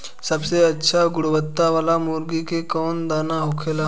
सबसे अच्छा गुणवत्ता वाला मुर्गी के कौन दाना होखेला?